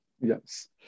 Yes